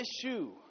issue